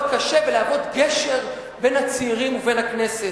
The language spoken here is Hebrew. קשה ולהוות גשר בין הצעירים ובין הכנסת.